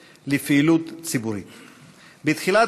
בשנים הראשונות פעל מטעם סיעת